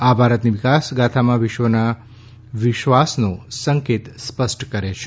આ ભારતની વિકાસગાથામાં વિશ્વના વિશ્વાસનો સ્પષ્ટ સંકેત છે